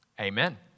amen